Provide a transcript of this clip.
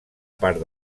part